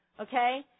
okay